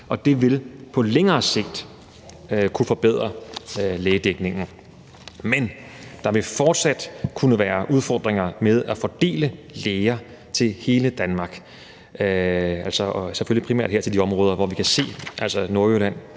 Og det vil på længere sigt kunne forbedre lægedækningen. Men der vil fortsat kunne være udfordringer med at fordele læger til hele Danmark. Og selvfølgelig primært til de områder, hvor vi kan se, der